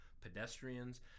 pedestrians